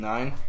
Nine